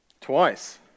Twice